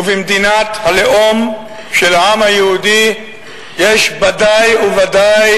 ובמדינת הלאום של העם היהודי יש ודאי וודאי